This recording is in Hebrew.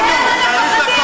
מזה אתם מפחדים?